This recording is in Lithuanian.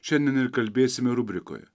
šiandien ir kalbėsime rubrikoje